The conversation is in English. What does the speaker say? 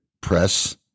Press